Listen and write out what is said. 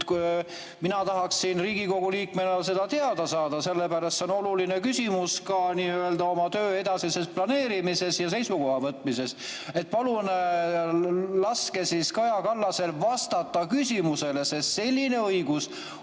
vastanud. Mina tahaksin Riigikogu liikmena seda teada saada, sellepärast et see on oluline küsimus ka oma töö edasisel planeerimisel ja seisukoha võtmisel. Palun laske Kaja Kallasel vastata küsimusele, sest selline õigus